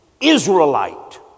Israelite